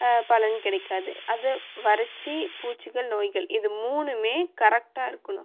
பலன் கிடைக்காது அது வறட்சி பூச்சிகள் நோய்கள் இது மூணுமே கரெக்டாக இருக்கணும்